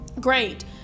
great